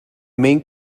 main